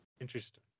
Interesting